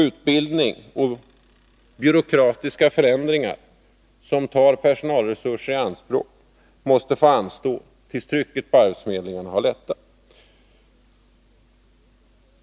Utbildning och byråkratiska förändringar som tar personalresurser i anspråk måste få anstå tills trycket på arbetsförmedlingarna har lättat.